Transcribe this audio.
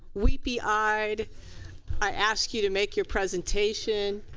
weepy eyed i ask you to make your presentation.